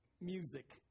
music